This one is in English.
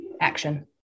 action